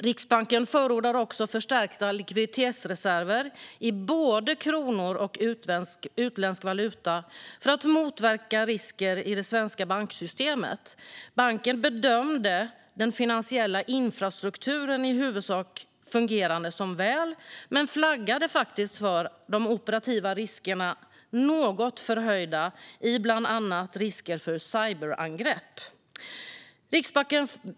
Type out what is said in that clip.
Riksbanken förordade också förstärkta likviditetsreserver i både kronor och utländsk valuta för att motverka risker i det svenska banksystemet. Banken bedömde att den finansiella infrastrukturen i huvudsak fungerade väl men flaggade faktiskt för att de operativa riskerna var något förhöjda, bland annat risker för cyberangrepp.